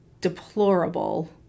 deplorable